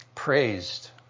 praised